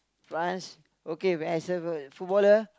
France okay where footballer